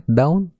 down